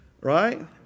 right